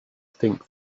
think